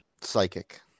Psychic